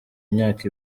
imyaka